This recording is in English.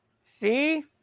See